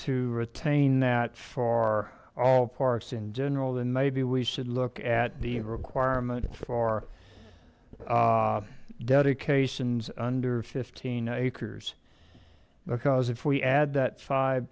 to retain that far all parks in general than maybe we should look at the requirement for dedications under fifteen acres because if we add that five